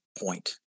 point